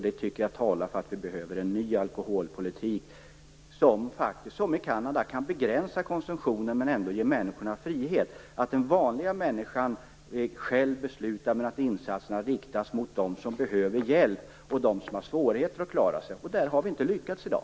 Det tycker jag talar för att vi behöver en ny alkoholpolitik som faktiskt, som i Kanada, kan begränsa konsumtionen men ändå ge människorna frihet. Den vanliga människan beslutar själv, medan insatserna riktas mot dem som behöver hjälp och dem som har svårt att klara sig. Där har vi inte lyckats i dag.